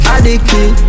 Addicted